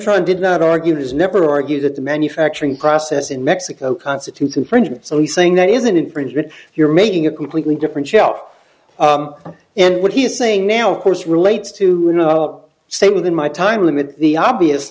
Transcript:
tried did not argue it is never argued that the manufacturing process in mexico constitutes infringement so he's saying that is an infringement you're making a completely different shelf and what he's saying now of course relates to say within my time limit the obvious